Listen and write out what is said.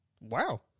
Wow